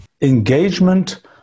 engagement